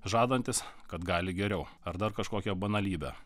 žadantis kad gali geriau ar dar kažkokią banalybę